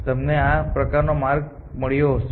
તમને આ પ્રકારનો માર્ગ મળ્યો હશે